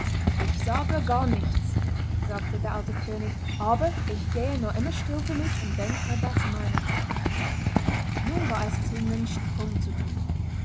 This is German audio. ich sage gar nichts sagte der alte könig aber ich gehe nur immer still für mich und denke das meine nun war es um den sprung zu thun